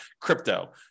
crypto